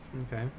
Okay